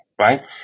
right